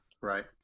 Right